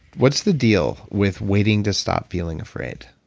what's the deal with waiting to stop feeling afraid?